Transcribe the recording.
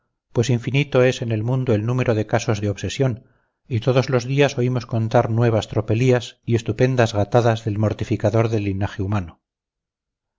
pues infinito es en el mundo el número de casos de obsesión y todos los días oímos contar nuevas tropelías y estupendas gatadas del mortificador del linaje humano